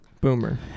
Boomer